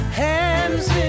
hands